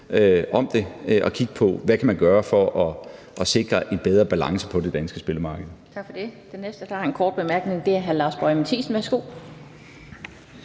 vi til at kigge på, hvad man kan gøre for at sikre en bedre balance på det danske spillemarked.